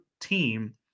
team –